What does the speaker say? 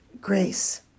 Grace